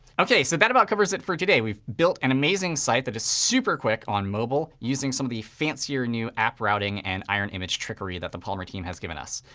so that about covers it for today. we've built an amazing site that is super quick on mobile using some of the fancier new app routing and iron image trickery that the polymer team has given us.